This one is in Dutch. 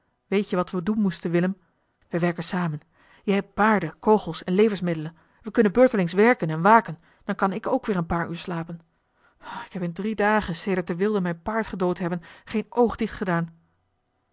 weet je wat we doen moesten willem we werken samen jij hebt paarden kogels en levensmiddelen we kunnen beurtelings werken en waken dan kan ik ook weer een paar uur slapen ik heb in drie dagen sedert de wilden mijn paard gedood hebben geen oog dicht gedaan